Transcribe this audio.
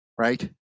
right